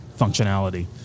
functionality